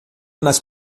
nas